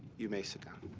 you may sit down.